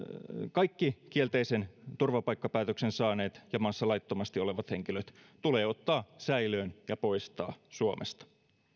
kaikki kielteisen turvapaikkapäätöksen saaneet ja maassa laittomasti olevat henkilöt tulee ottaa säilöön ja poistaa suomesta